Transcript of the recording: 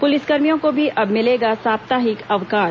पुलिसकर्मियों को भी अब मिलेगा साप्ताहिक अवकाश